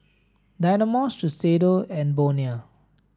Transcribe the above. Dynamo Shiseido and Bonia